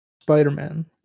Spider-Man